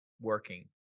working